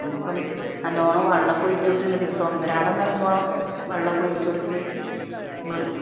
പിന്നെ ഇപ്പം നല്ലവണ്ണം വെള്ളമൊക്കെ ഒഴിച്ചുകൊടുത്തീന് ദിവസം ഒന്നരാടം എന്ന് പറയുമ്പോൾ വെള്ളമൊക്കെ ഒഴിച്ചുകൊടുത്ത് നമ്മൾ